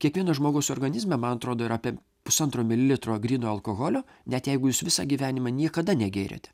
kiekvieno žmogaus organizme man atrodo yra apie pusantro litro gryno alkoholio net jeigu jūs visą gyvenimą niekada negėrėte